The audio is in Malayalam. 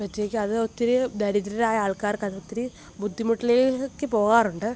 അപ്പഴത്തേക്കും അത് ഒത്തിരി ദരിദ്രരായ ആൾക്കാർക്ക് അത് ഒത്തിരി ബുദ്ധിമുട്ടിലേക്ക് പോകാറുണ്ട്